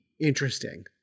interesting